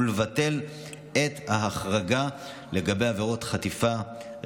ולבטל את ההחרגה לגבי עבירות חטיפה,